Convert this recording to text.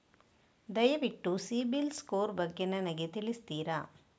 ದಯವಿಟ್ಟು CIBIL score ಬಗ್ಗೆ ನನಗೆ ತಿಳಿಸ್ತಿರಾ?